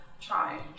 try